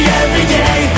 everyday